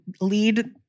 lead